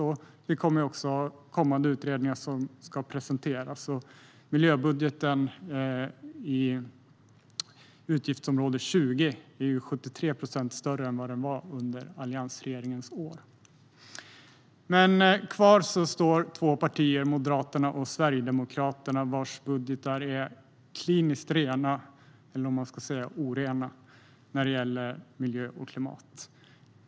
Det kommer också kommande utredningar som ska presenteras. Miljöbudgeten i utgiftsområde 20 är 73 procent större än vad den var under alliansregeringens år. Kvar står två partier, Moderaterna och Sverigedemokraterna, vilkas budgetar är kliniskt rena, eller man kanske ska säga orena, när det gäller miljö och klimat.